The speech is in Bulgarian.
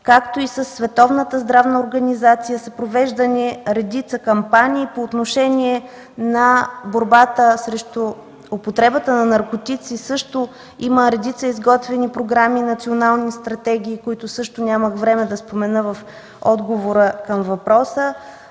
организация са провеждани редица кампании по отношение на борбата срещу употребата на наркотици. Има изготвени програми и национални стратегии, които също нямах време да спомена в отговора към въпроса.